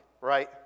right